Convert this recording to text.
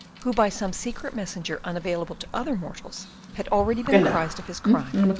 who by some secret messenger unavailable to other mortals had already been apprised of his crime,